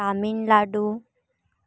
Tamil Nadu